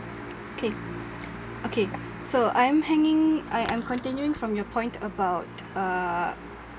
K okay so I'm hanging I am continuing from your point about uh